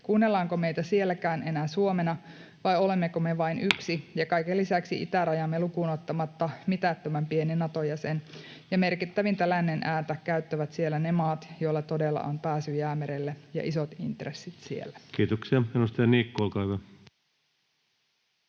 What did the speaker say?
Kuunnellaanko meitä sielläkään enää Suomena vai olemmeko me vain yksi ja kaiken lisäksi itärajaamme lukuun ottamatta mitättömän pieni Nato-jäsen ja merkittävintä lännen ääntä käyttävät siellä ne maat, joilla todella on pääsy Jäämerelle ja isot intressit siellä? Kiitoksia. — Edustaja Niikko, olkaa hyvä.